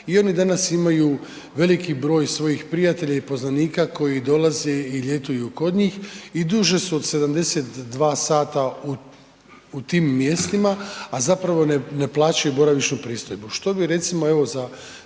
i oni danas imaju veliki broj svojih prijatelja i poznanika koji dolaze i ljetuju kod njih i duže su od 72 sata u tim mjestima, a zapravo ne plaćaju boravišnu pristojbu.